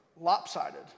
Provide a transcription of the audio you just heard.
lopsided